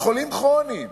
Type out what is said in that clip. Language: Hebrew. על חולים כרוניים.